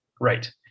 right